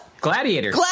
gladiator